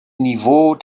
niveau